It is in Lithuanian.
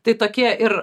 tai tokie ir